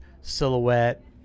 silhouette